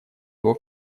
его